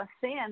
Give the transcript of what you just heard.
sin